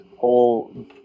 whole